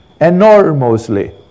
enormously